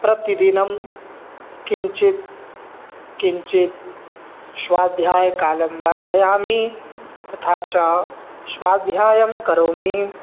प्रतिदिनं किञ्चित् किञ्चित् स्वाध्यायकालं वर्धयामि तथा च स्वाध्यायं करोमि